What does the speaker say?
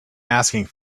asking